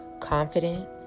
confident